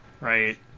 Right